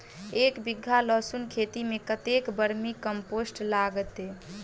एक बीघा लहसून खेती मे कतेक बर्मी कम्पोस्ट लागतै?